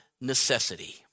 necessity